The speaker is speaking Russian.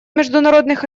международных